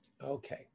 Okay